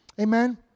Amen